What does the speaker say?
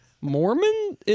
mormon